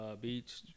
beach